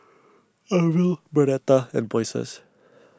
Arvel Bernetta and Moises